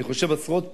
אני חושב, עשרות פעמים,